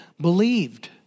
believed